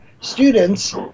students